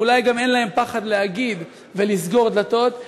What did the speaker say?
ואולי גם אין להם פחד להגיד ולסגור דלתות,